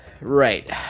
Right